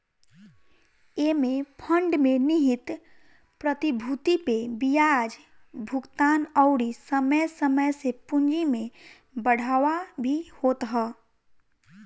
एमे फंड में निहित प्रतिभूति पे बियाज भुगतान अउरी समय समय से पूंजी में बढ़ावा भी होत ह